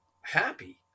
happy